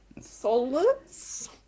solids